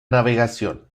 navegación